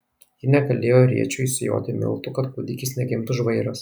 ji negalėjo rėčiu sijoti miltų kad kūdikis negimtų žvairas